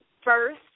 first